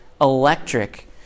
electric